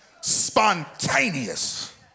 Spontaneous